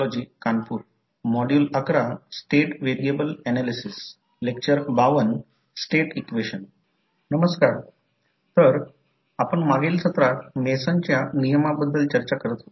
तर L1 म्हणजे coil 1 चे सेल्फ इंडक्टन्स आहे सर्वकाही दिले आहे सर्व नॉमेनक्लेचर दिले आहे कॉइल 2 चे सेल्फ इंडक्टन्स L2 कॉइल 1 च्या टर्नची संख्या N1 कॉइल 2 च्या टर्नची संख्या N2 दिली आहे